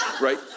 right